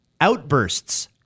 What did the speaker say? outbursts